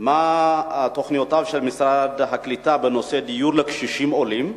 מה תוכניותיו של משרד הקליטה בנושא דיור לקשישים עולים?